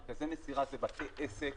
מרכזי מסירה זה בתי עסק